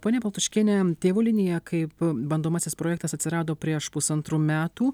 ponia baltuškienė tėvų linija kaip bandomasis projektas atsirado prieš pusantrų metų